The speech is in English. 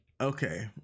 Okay